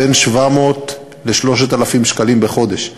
בין 700 ל-3,000 שקלים בחודש.